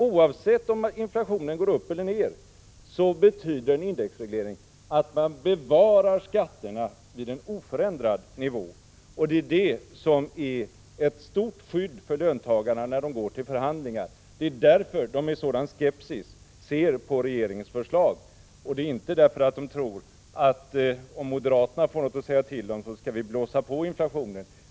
Oavsett om inflationen går upp eller ner, så betyder en indexreglering att man bevarar skatterna vid en oförändrad nivå, och det är det som är ett stort skydd för löntagarna när de går till förhandlingar. Det är därför löntagarna med sådan skepsis ser på regeringens förslag, inte därför att de tror att om vi moderater får någonting att säga till om skall vi blåsa på inflationen.